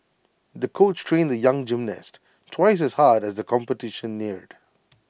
the coach trained the young gymnast twice as hard as the competition neared